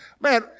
Man